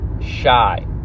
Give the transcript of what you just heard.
shy